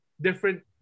different